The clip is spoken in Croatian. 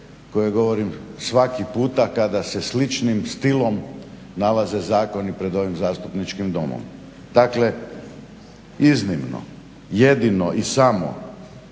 koje govorim svaki puta kada se sličnim stilom nalaze zakoni pred ovim Zastupničkim domom. Dakle, iznimno, jedino i samo